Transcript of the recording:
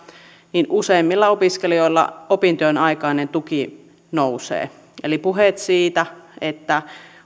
useimmilla opiskelijoilla opintojen aikainen tuki nousee eli puheet siitä että